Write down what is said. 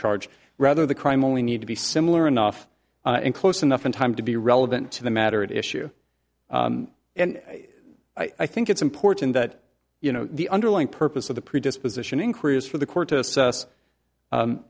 charge rather the crime only need to be similar enough and close enough in time to be relevant to the matter at issue and i think it's important that you know the underlying purpose of the predisposition increases for the court to assess